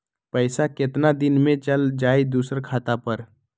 पैसा कितना दिन में चल जाई दुसर खाता पर?